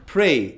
Pray